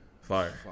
Fire